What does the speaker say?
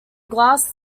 glass